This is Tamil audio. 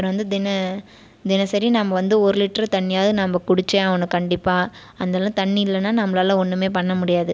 அப்புறம் வந்து தினசரி நம்ம வந்து ஒரு லிட்டர் தண்ணியாவது நம்ம குடித்தே ஆகணும் கண்டிப்பாக அதனால் தண்ணி இல்லைனா நம்மளால ஒன்றுமே பண்ண முடியாது